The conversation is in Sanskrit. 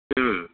हा